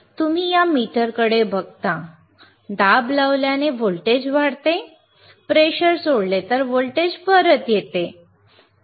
तुम्ही या मीटरकडे बघता दाब लावल्याने व्होल्टेज वाढते प्रेशर सोडले तर व्होल्टेज परत येते